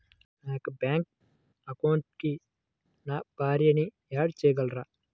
నా యొక్క బ్యాంక్ అకౌంట్కి నా భార్యని యాడ్ చేయగలరా?